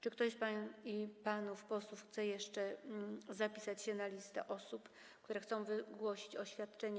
Czy ktoś z pań i panów posłów chce jeszcze zapisać się na listę osób, które chcą wygłosić oświadczenie?